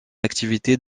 activité